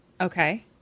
Okay